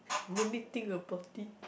let me think about it